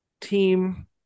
team